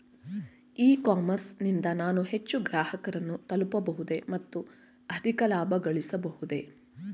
E commerce ನಿಂದ ನಾನು ಹೆಚ್ಚು ಗ್ರಾಹಕರನ್ನು ತಲುಪಬಹುದೇ ಮತ್ತು ಅಧಿಕ ಲಾಭಗಳಿಸಬಹುದೇ?